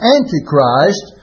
Antichrist